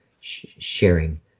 sharing